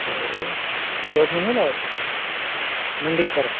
तो चौक में नहीं लगाते तुम मंडी की तरफ